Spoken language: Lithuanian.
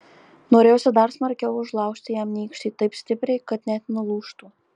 norėjosi dar smarkiau užlaužti jam nykštį taip stipriai kad net nulūžtų